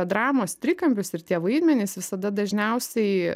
dramos trikampis ir tie vaidmenys visada dažniausiai